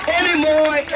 anymore